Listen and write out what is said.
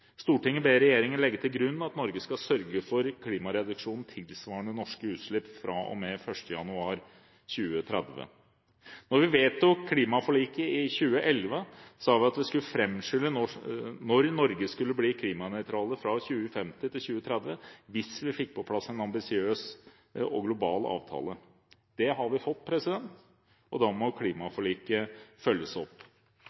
Stortinget ber regjeringen legge til grunn at Norge skal sørge for klimareduksjon tilsvarende norske utslipp fra og med 1. januar 2030. Da Stortinget vedtok klimaforliket i 2012, sa vi at vi skulle framskynde når Norge skulle bli klimanøytrale fra 2050 til 2030 hvis vi fikk på plass en ambisiøs og global avtale. Det har vi fått, og da må